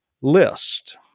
List